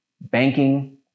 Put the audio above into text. banking